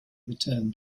return